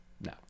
No